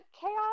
chaos